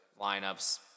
lineups